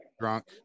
drunk